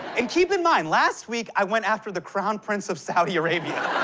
and keep in mind, last week i went after the crown prince of saudi arabia.